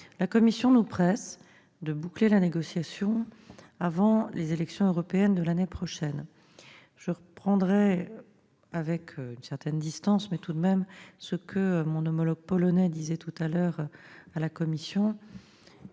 La Commission nous presse de boucler celle-ci avant les élections européennes de l'année prochaine, mais je reprendrai, avec une certaine distance, ce que mon homologue polonais disait tout à l'heure à la Commission